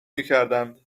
میکردند